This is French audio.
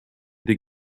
des